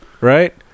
Right